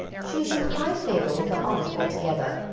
she is in high favour with her aunt altogether,